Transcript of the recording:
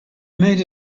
made